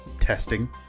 testing